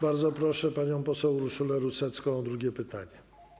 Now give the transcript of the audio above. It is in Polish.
Bardzo proszę panią poseł Urszulę Rusecką o drugie pytanie.